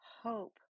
hope